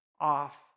off